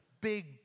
big